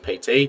PT